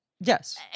yes